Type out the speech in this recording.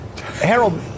Harold